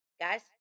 guys